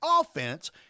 offense